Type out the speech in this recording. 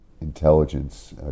intelligence